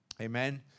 Amen